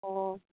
ꯑꯣ